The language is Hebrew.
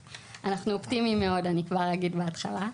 אנחנו אופטימיים מאוד, אני כבר אגיד בהתחלה.